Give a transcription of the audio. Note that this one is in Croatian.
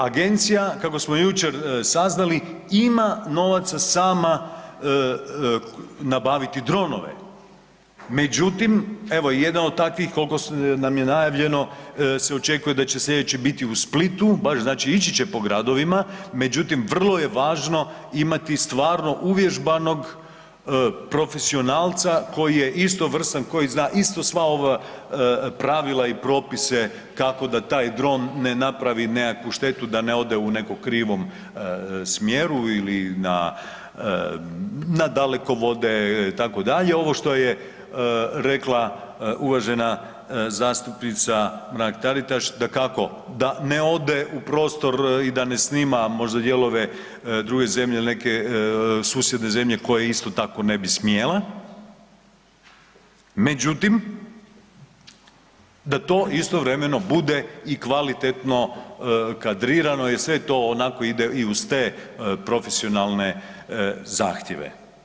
Agencija kako smo jučer saznali ima novaca sama nabaviti dronove, međutim evo jedan od takvih koliko nam je najavljeno se očekuje da će sljedeći biti u Splitu, baš znači ići će po gradovima, međutim vrlo ja važno imati stvarno uvježbanog profesionalca koji je istovrstan, koji zna sva ova pravila i propise kako da taj dron ne napravi nekakvu štetu, da ne ode u nekom krivom smjeru ili na dalekovode itd. ovo što je rekla uvažena zastupnica Mrak Taritaš, dakako da ne ode u prostor i da ne snima možda dijelove druge zemlje ili neke susjedne zemlje koje isto tako ne bi smjele, međutim, da to istovremeno bude i kvalitetno kadrirano jel sve to onako ide i uz te profesionalne zahtjeve.